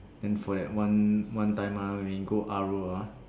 then for that one one time mah when go R_O ah